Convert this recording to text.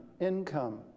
income